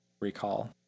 recall